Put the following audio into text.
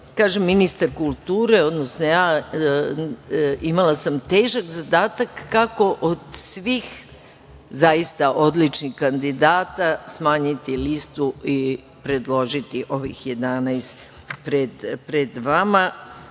vama. Kažem, ministar kulture, odnosno ja, imala sam težak zadatak kako od svih zaista odličnih kandidata smanjiti listu i predložiti ovih 11 pred